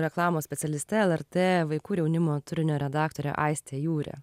reklamos specialiste lrt vaikų ir jaunimo turinio redaktore aiste jūre